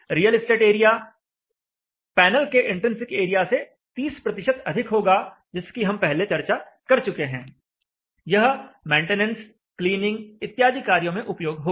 real estate area panel के intrinsic area से 30 अधिक होगा जिसकी हम पहले चर्चा कर चुके हैं कि यह मेंटेनेंस क्लीनिंग इत्यादि कार्यों में उपयोग होगा